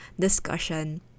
discussion